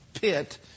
pit